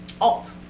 alt